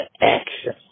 action